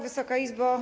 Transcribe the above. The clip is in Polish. Wysoka Izbo!